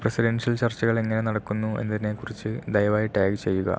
presidential ചർച്ചകൾ എങ്ങനെ നടക്കുന്നു എന്നതിനെക്കുറിച്ച് ദയവായി ടാഗ് ചെയ്യുക